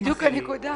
זאת בדיוק הנקודה.